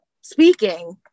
speaking